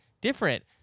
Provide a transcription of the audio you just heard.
different